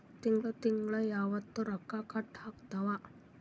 ತಿಂಗಳ ತಿಂಗ್ಳ ಯಾವತ್ತ ರೊಕ್ಕ ಕಟ್ ಆಗ್ತಾವ?